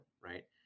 right